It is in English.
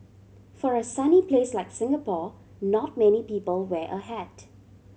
for a sunny place like Singapore not many people wear a hat